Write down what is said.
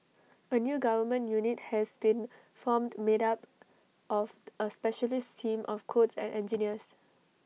A new government unit has been formed made up of A specialist team of codes and engineers